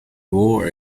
wore